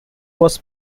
was